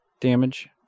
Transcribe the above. damage